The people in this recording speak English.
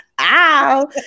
Ow